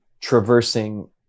traversing